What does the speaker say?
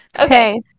Okay